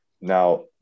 Now